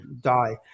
die